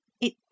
It